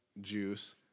juice